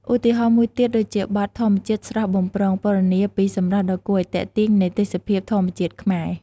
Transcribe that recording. ឧទាហរណ៍មួយទៀតដូចជាបទ "ធម្មជាតិស្រស់បំព្រង" ពណ៌នាពីសម្រស់ដ៏គួរឲ្យទាក់ទាញនៃទេសភាពធម្មជាតិខ្មែរ។